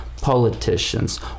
politicians